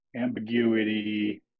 ambiguity